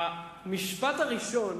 המשפט הראשון